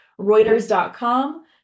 Reuters.com